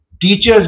teachers